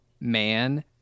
man